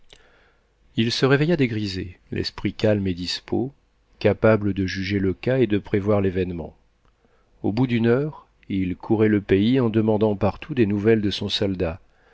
il se réveilla dégrisé l'esprit calme et dispos capable de juger le cas et de prévoir l'événement au bout d'une heure il courait le pays en demandant partout des nouvelles de son soldat